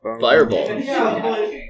Fireball